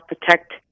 protect